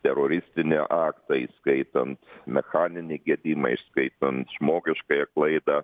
teroristinį aktą įskaitant mechaninį gedimą įskaitant žmogiškąją klaidą